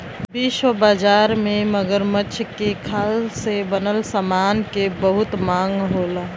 विश्व बाजार में मगरमच्छ के खाल से बनल समान के बहुत मांग होला